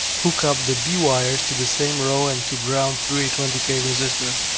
hook up the b wires to the same row and to ground through a twenty k resistor.